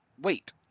wait